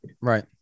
Right